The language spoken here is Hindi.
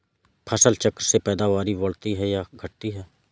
फसल चक्र से पैदावारी बढ़ती है या घटती है?